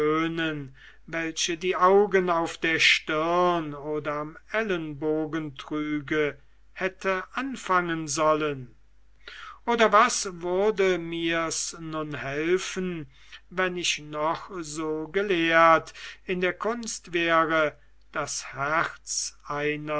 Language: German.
die die augen auf der stirne oder am ellebogen trüge hätte anfangen sollen oder was würde mirs nun helfen wenn ich noch so gelehrt in der kunst wäre das herz einer